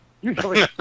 Usually